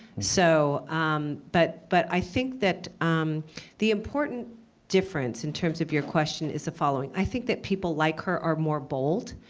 so um but but i think that the important difference in terms of your question is the following. i think that people like her are more bold.